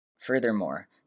Furthermore